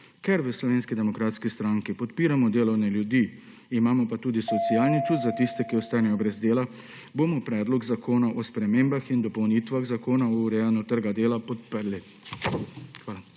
Ker v Slovenski demokratski stranki podpiramo delovne ljudi, imamo pa tudi socialni čut za tiste, ki ostanejo brez dela, bomo Predlog zakona o spremembah in dopolnitvah Zakona o urejanju trga dela podprli. Hvala.